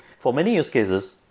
for many use cases,